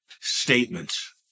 statements